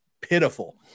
Pitiful